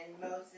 Moses